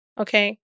Okay